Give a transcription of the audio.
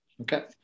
Okay